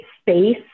space